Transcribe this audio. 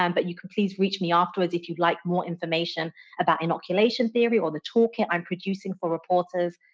um but you can please reach me afterwards if you'd like more information about inoculation theory, or the talk that i'm producing for reporters.